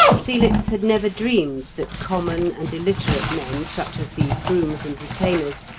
felix had never dreamed that common and illiterate men, such as these grooms and retainers,